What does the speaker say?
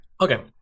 Okay